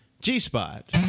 g-spot